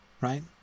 right